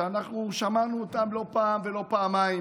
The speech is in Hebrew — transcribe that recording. שאנחנו שמענו אותם לא פעם ולא פעמיים